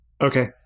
Okay